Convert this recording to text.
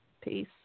Peace